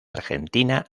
argentina